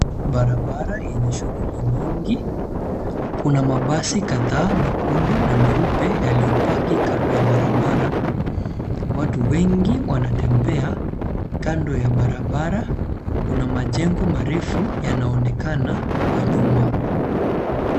Barabara yenye shughuli nyingi. Kuna mabasi kadhaa mekundu na meupe yaliyopaki kando ya barabara. Watu wengi wanatembea kando ya barabara. Kuna majengo marefu yanaonekana kwa nyuma.